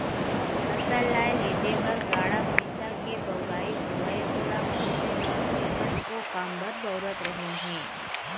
फसल लाए लेजे बर गाड़ा भईंसा के बउराई होवय ओला मनसे मन अउ कतको काम बर बउरत रहिन हें